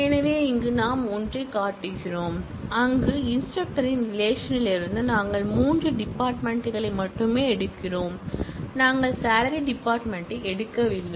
எனவே இங்கே நாம் ஒன்றைக் காட்டுகிறோம் அங்கு பயிற்றுவிப்பாளரின் ரிலேஷன் லிருந்து நாங்கள் மூன்று டிபார்ட்மென்ட் களை மட்டுமே எடுக்கிறோம் நாங்கள் சாலரி டிபார்ட்மென்ட் யை எடுக்கவில்லை